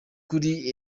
kuri